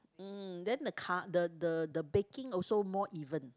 mm then the ca~ the the the baking also more even